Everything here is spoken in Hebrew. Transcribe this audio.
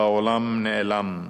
והעולם נאלם.